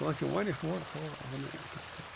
تَتہِ چھُ وارِیاہ بوٚڈ حَمام بنٲوِتھ آسان چھِ اَتھ